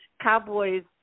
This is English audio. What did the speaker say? Cowboys